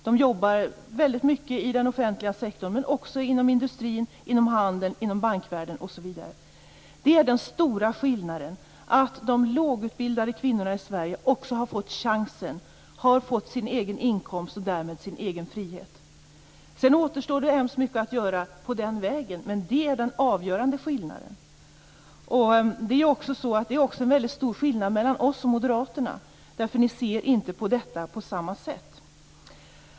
De jobbar väldigt mycket i den offentliga sektorn, men också inom industrin, handeln, bankvärlden osv. Det är den stora skillnaden. De lågutbildade i kvinnorna i Sverige har fått chansen. De har fått sin egen inkomst, och därmed sin egen frihet. Sedan återstår det mycket att göra på den vägen, men det är det avgörande skillnaden. Det är också en väldigt stor skillnad mellan oss och Moderaterna. Ni ser inte på detta på samma sätt.